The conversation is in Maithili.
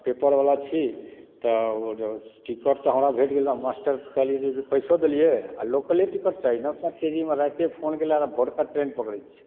आ पेपरवला छी तऽ टिकट तऽ हमरा भेंट गेलय मास्टरक कहलियै जे पैसो देलियै आ लोकले टिकट चाही नऽ एतना तेजीमऽ रातिए फोन गेलय भोरका ट्रेन पकड़ै छी